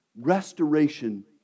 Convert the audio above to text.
restoration